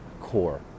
core